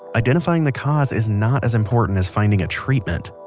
identifying the cause is not as important as finding a treatment.